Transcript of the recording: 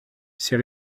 ces